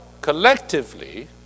collectively